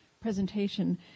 presentation